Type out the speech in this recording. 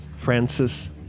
Francis